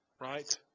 right